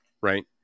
right